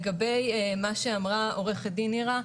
לגבי מה שאמרה עורכת הדין נירה,